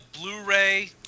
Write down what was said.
Blu-ray